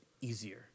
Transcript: easier